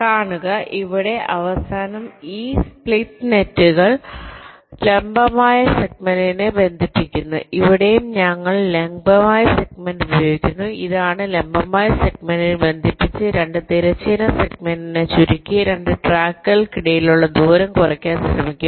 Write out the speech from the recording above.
കാണുക ഇവിടെ അവസാനം ഈ 2 സ്പ്ലിറ്റ് നെറ്റുകൾ ലംബമായ സെഗ്മെന്റിനെ ബന്ധിപ്പിക്കുന്നു ഇവിടെയും ഞങ്ങൾ ലംബമായ സെഗ്മെന്റ് ഉപയോഗിക്കുന്നു ഇതാണ് ലംബമായ സെഗ്മെന്റിൽ ബന്ധിപ്പിച്ച് 2 തിരശ്ചീന സെഗ്മെന്റിനെ ചുരുക്കി 2 ട്രാക്കുകൾക്കിടയിലുള്ള ദൂരം കുറയ്ക്കാൻ ശ്രമിക്കുക